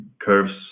curves